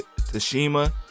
Tashima